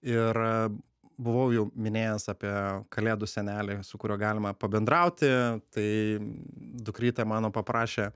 ir buvau jau minėjęs apie kalėdų senelį su kuriuo galima pabendrauti tai dukrytė mano paprašė